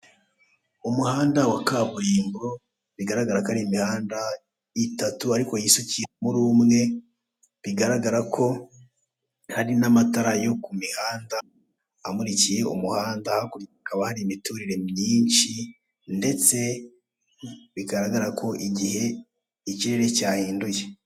Umuhanda wa kaburimbo bigaragara ko ari imihanda itatu ariko yisukiye muri umwe, bigaragara ko hari n'amatara yo ku muhanda amurikiye umuhanda, hakurya hakaba hari imiturire myinshi ndetse bigaragara ko igihe ikirere cyahinduye.